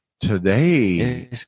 Today